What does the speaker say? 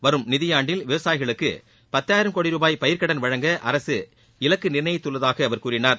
வரும் நிதியாண்டில் விவசாயிகளுக்கு பத்தாயிரம் கோடி ரூபாய் பயிர்க்கடன் வழங்க அரசு இலக்கு நிர்ணயித்துள்ளதாக அவர் கூறினார்